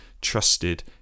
trusted